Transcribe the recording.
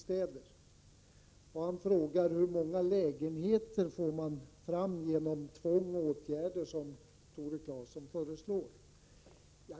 Han frågar hur många lägenheter man får fram genom de tvångsåtgärder som jag föreslår.